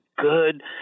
good